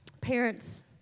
Parents